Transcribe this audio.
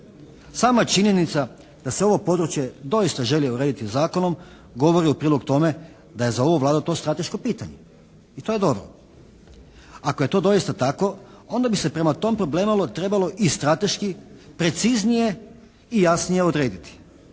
Sama činjenica da se ovo područje doista želi urediti zakonom govori u prilog tome da je za ovu Vladu to strateško pitanje i to je dobro. Ako je to doista tako onda bi se prema tom problemu trebalo i strateški preciznije i jasnije odrediti.